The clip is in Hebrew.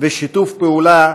טובה ושיתוף פעולה,